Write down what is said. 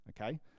okay